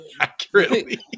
accurately